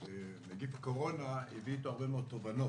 שנגיף הקורונה הביא איתו הרבה מאוד תובנות,